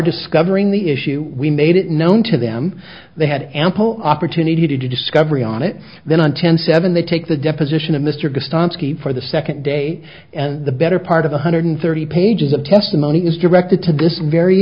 discovering the issue we made it known to them they had ample opportunity to do discovery on it then on ten seven they take the deposition of mr gorst on ski for the second day and the better part of one hundred thirty pages of testimony is directed to this very